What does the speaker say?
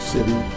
City